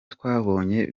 twabonye